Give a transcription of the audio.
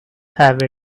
have